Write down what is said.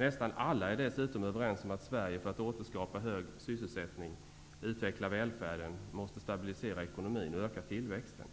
Nästan alla är dessutom överens om att Sverige, för att kunna återskapa hög sysselsättning och utveckla välfärden, måste stabilisera ekonomin och öka tillväxten.